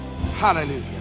Hallelujah